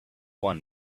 one